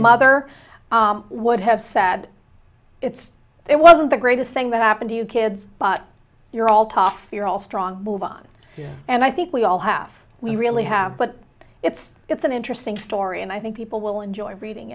mother would have said it's there wasn't the greatest thing that happened to you kids but you're all tough you're all strong move on and i think we all have we really have but it's it's an interesting story and i think people will enjoy reading